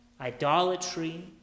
idolatry